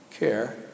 care